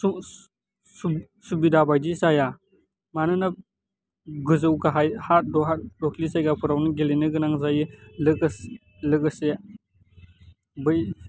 सुबिदा बायदि जाया मानोना गोजौ गाहाय हा दहा दख्लि जायगाफोरावनो गेलेनो गोनां जायो लोगोसे बै